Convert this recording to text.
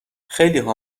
خیلیها